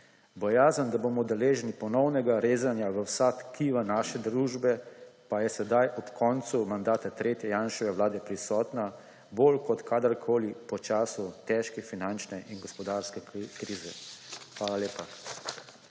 Bojazen, da bomo deležni ponovnega rezanja v vsa tkiva naše družbe, pa je seveda ob koncu mandata tretje Janševe vlade prisotna bolj kot kadarkoli po času težke finančne in gospodarske krize. Hvala lepa.